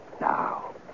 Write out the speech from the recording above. Now